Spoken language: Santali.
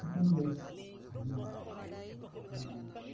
ᱤᱱᱠᱟᱹ ᱠᱟᱛᱮᱫ ᱜᱮ ᱦᱚᱲᱢᱚ ᱠᱚ ᱴᱷᱤᱠ ᱢᱮᱱᱟᱜᱼᱟ